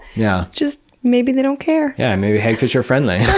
yeah just, maybe they don't care? yeah. maybe hagfish are friendly.